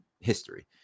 history